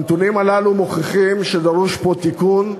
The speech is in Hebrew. הנתונים הללו מוכיחים שדרוש פה תיקון.